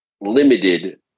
limited